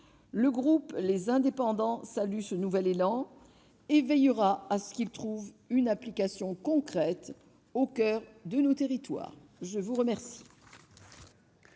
Le groupe Les Indépendants salue ce nouvel élan et veillera à ce qu'il trouve une application concrète au coeur de nos territoires. La parole